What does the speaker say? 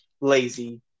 lazy